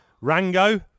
Rango